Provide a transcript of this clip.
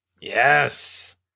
Yes